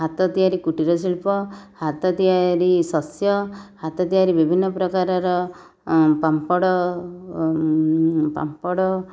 ହାତ ତିଆରି କୁଟୀର ଶିଳ୍ପ ହାତ ତିଆରି ଶସ୍ୟ ହାତ ତିଆରି ବିଭିନ୍ନ ପ୍ରକାରର ପାମ୍ପଡ଼ ପାମ୍ପଡ଼